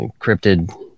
encrypted